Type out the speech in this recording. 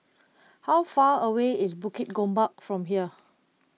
how far away is Bukit Gombak from here